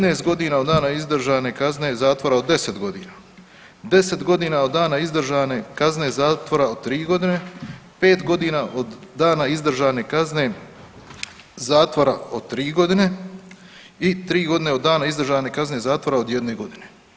15 godina od dana izdržane kazne zatvora od 10 godina, 10 godina od dana izdržane kazne zatvora od 3 godine, 5 godina od dana izdržane kazne zatvora od 3 godine i 3 godine od dana izdržane kazne zatvora od jedne godine.